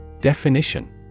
Definition